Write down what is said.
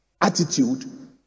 attitude